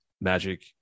magic